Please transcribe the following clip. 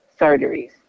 surgeries